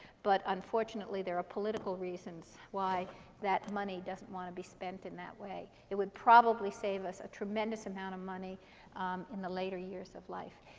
but unfortunately, there are political reasons why that money doesn't want to be spent in that way. it would probably save us a tremendous amount of money in the later years of life.